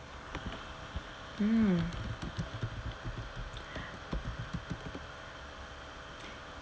mm